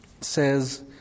says